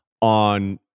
on